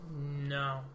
No